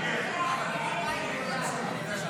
אני קובע כי גם הסתייגות